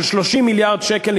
של 30 מיליארד שקל,